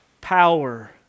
power